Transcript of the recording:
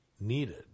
needed